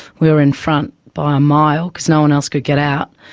we were in front by a mile, because no one else could get out,